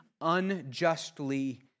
unjustly